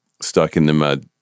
stuck-in-the-mud